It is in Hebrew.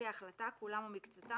ולצוות כאמור מזמן לזמן.